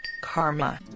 karma